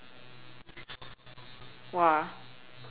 !wah!